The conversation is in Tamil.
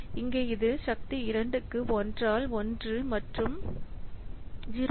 இங்கே இது சக்தி 2 க்கு 1 ஆல் 1 மற்றும் 0